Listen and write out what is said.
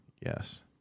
Yes